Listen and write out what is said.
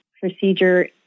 procedure